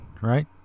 right